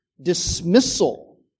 dismissal